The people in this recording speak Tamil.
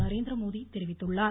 நரேந்திரமோடி தெரிவித்துள்ளார்